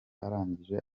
arangije